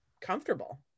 comfortable